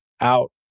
out